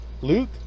Luke